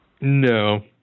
No